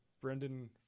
Brendan